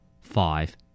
five